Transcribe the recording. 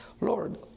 Lord